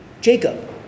Jacob